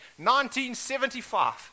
1975